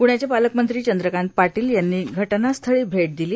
पुण्याचे पालकमंत्री चंद्रकांत पाटील यांनी घटनास्थळी भेट दिली